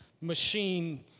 machine